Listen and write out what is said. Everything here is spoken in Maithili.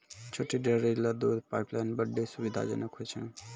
छोटो डेयरी ल दूध पाइपलाइन बड्डी सुविधाजनक होय छै